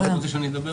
אתה רוצה שאני אדבר?